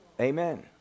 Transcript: Amen